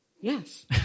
Yes